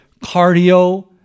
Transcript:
cardio